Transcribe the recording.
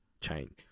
chain